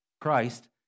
Christ